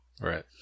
right